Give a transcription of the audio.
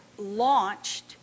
launched